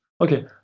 okay